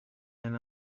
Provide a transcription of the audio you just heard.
and